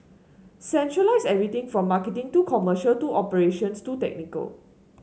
centralise everything from marketing to commercial to operations to technical